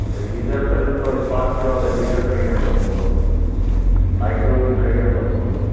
ऐं गीजर त ॾिसो स्पार्क थियो आहे त गीजर खणी वञिणो पवंदो माइक्रोवेव बि खणी वञिणो पवंदो